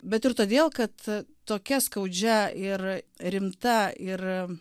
bet ir todėl kad tokia skaudžia ir rimta ir